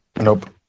nope